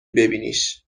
ببینیش